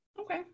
Okay